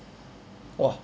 !whoa!